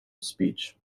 speech